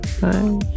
Bye